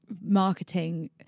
marketing